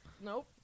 Nope